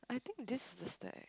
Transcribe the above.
I think this is the stack